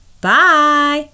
Bye